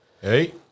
hey